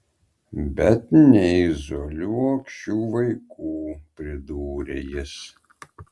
bet neizoliuok šių vaikų pridūrė jis